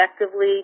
effectively